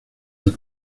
del